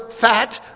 fat